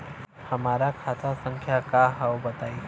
हमार खाता संख्या का हव बताई?